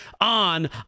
on